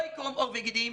לא יקרום עור וגידים.